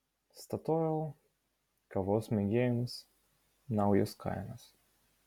statoil kavos mėgėjams naujos kainos